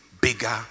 bigger